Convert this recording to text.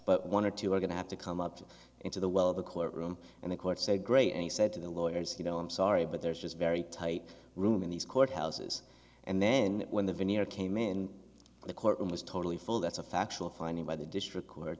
but one or two are going to have to come up into the well the court room and the court said great and he said to the lawyers you know i'm sorry but there is just very tight room in these courthouses and then when the veneer came in the courtroom was totally full that's a factual finding by the district court